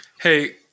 Hey